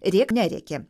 rėk nerėkė